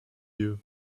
you